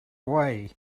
away